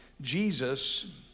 jesus